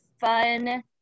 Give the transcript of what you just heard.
fun